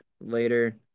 later